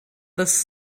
this